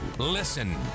Listen